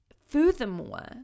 furthermore